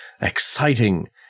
exciting